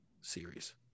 series